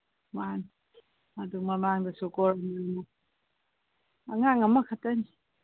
ꯃꯥꯅꯤ ꯑꯗꯨ ꯃꯃꯥꯡꯗꯁꯨꯀꯣ ꯑꯉꯥꯡ ꯑꯃꯈꯛꯇꯅꯤ